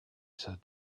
said